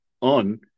on